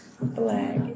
black